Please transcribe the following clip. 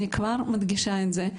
אני כבר מדגישה את זה,